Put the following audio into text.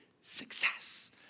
success